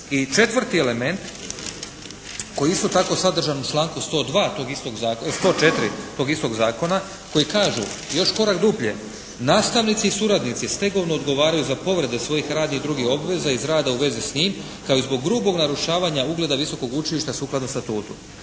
četvrti element koji je isto tako sadržan u članku 104. tog istog Zakona koji kažu još korak dublje nastavnici i suradnici stegovno odgovaraju za povrede svojih radnih i drugih obveza iz rada u vezi s njim, kao i zbog grubog narušavanja ugleda visokog učilišta sukladno statutu.